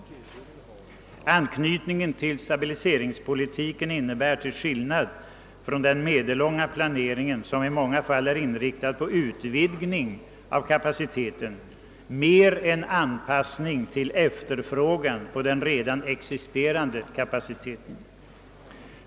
Stabiliseringspolitikens anknytning till den ekonomiska planeringen innebär till skillnad från den medellånga planeringen, som i många fall är inriktad på utvidgning av kapaciteten, mera en anpassning till efterfrågan på den redan existerande kapaciteten.